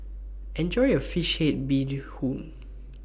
Enjoy your Fish Head Bee Hoon